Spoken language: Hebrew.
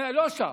לא שם.